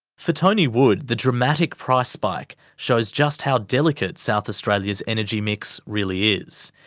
for tony wood, the dramatic price spike shows just how delicate south australia's energy mix really is.